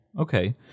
Okay